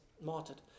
martyred